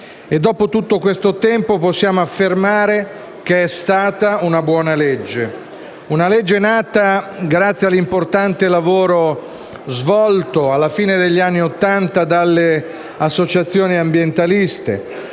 e, dopo tutto questo tempo, possiamo affermare che è stata una buona legge; una legge nata grazie all’importante lavoro svolto, alla fine degli anni Ottanta, dalle associazione ambientaliste